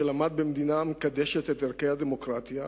שלמד במדינה המקדשת את ערכי הדמוקרטיה,